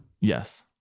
Yes